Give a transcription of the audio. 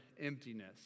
emptiness